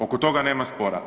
Oko toga nema spora.